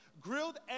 grilled